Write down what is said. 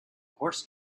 horse